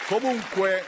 Comunque